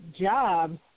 jobs